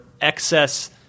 excess